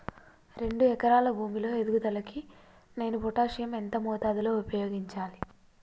రెండు ఎకరాల భూమి లో ఎదుగుదలకి నేను పొటాషియం ఎంత మోతాదు లో ఉపయోగించాలి?